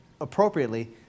appropriately